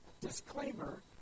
disclaimer